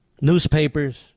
Newspapers